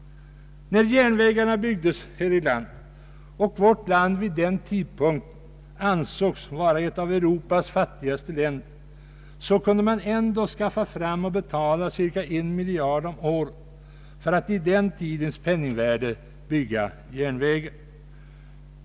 När järnvägarna byggdes här i lan det — vid den tidpunkten ansågs vårt land vara ett av Europas fattigaste länder — kunde man ändå skaffa fram och betala cirka en miljard kronor om året i den tidens penningvärde för att bygga järnvägarna.